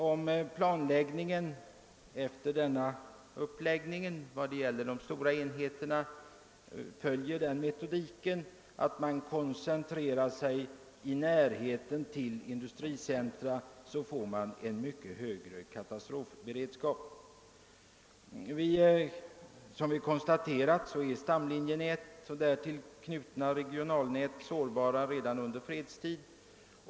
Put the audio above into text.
Om planläggningen vad gäller de stora enheterna följer den metodiken att man koncentrerar dem till närheten av industricentra, blir det nödvändigt med en mycket högre katastrofberedskap. Som nämnts är stamlinjenät och därtill knutna regionalnät sårbara redan under fredstid.